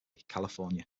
california